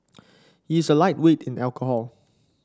he is a lightweight in alcohol